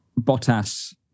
Bottas